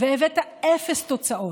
והבאת אפס תוצאות.